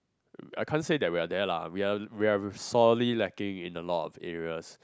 I can't say that we are there lah we are we are solely lacking in a lot of areas